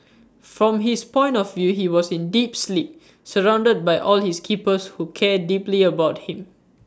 from his point of view he was in deep sleep surrounded by all his keepers who care deeply about him